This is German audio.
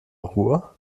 ruhr